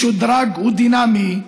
משודרג ודינמי.